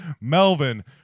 Melvin